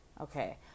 Okay